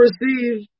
receive